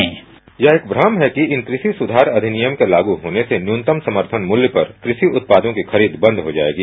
bite यह एक भ्रम है कि इन कृषि सुधार अधिनियम के लागू होने से न्यूनतम समर्थन मूल्य पर कृषि उत्पादों की खरीद बंद हो जाएगी